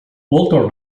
walter